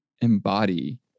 embody